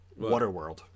Waterworld